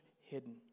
hidden